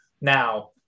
now